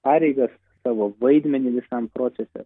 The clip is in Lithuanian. pareigas savo vaidmenį visam procese